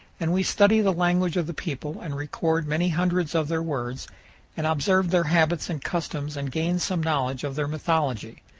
and we study the language of the people and record many hundreds of their words and observe their habits and customs and gain some knowledge of their mythology,